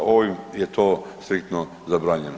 Ovim je to striktno zabranjeno.